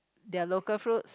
their local fruits